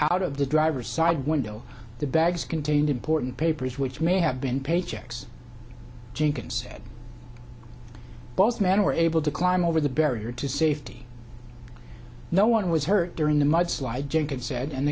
out of the driver's side window the bags contained important papers which may have been paychecks jenkins said both men were able to climb over the barrier to safety no one was hurt during the mudslide jenkins said and